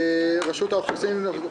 רשות האוכלוסין.